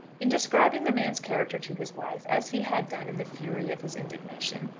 in describing the man's character to his wife, as he had done in the fury of his indignation,